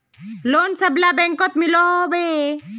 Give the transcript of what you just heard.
Loan सबला बैंकोत मिलोहो होबे?